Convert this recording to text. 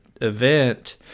event